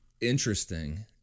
Interesting